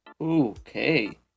Okay